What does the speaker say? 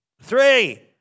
Three